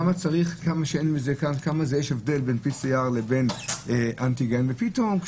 איזה הבדל יש בין PCR לאנטיגן ופתאום,